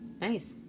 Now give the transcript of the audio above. Nice